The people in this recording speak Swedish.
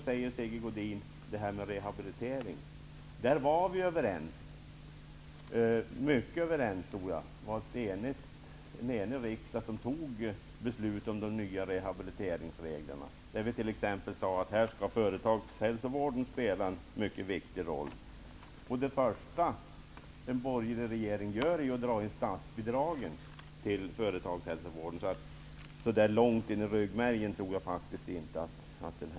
Sigge Godin talade om rehabilitering. Där var vi överens. Jag tror det var en enig riksdag som beslöt om de nya rehabiliteringsreglerna. Där blev t.ex. sagt att företagshälsovården skall spela en mycket viktig roll. Men det första en borgerlig regering gör är att dra in statsbidraget till företagshälsovården. Därför tror jag inte att viljan finns så där långt inne i ryggmärgen.